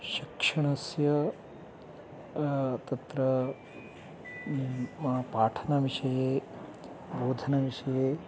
शिक्षणस्य तत्र पाठनविषये बोधनविषये